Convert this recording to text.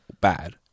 bad